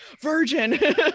virgin